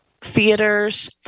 theaters